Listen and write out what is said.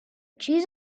cheese